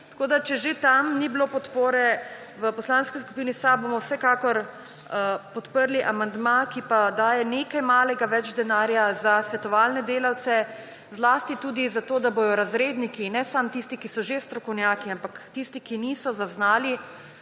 Tako da, če že tam ni bilo podpore, v Poslanski skupini SAB bomo vsekakor podprli amandma, ki pa daje nekaj malega več denarja za svetovalne delavce, zlasti tudi za to, da bojo razredniki, ne samo tisti, ki so že strokovnjaki, ampak tisti, ki niso, zaznali